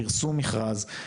פרסום מכרז,